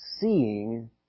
seeing